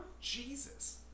jesus